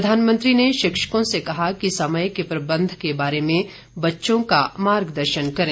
प्रधानमंत्री ने शिक्षकों से कहा कि समय के प्रबंध के बारे में बच्चों का मार्गदर्शन करें